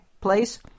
place